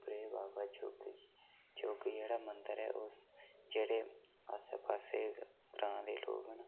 उप्परै बावा चौके गी चौके जेह्ड़ा मंदिर ऐ ओह्दे जेह्ड़े आसे पासै ग्रांऽ दे लोग न